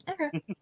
okay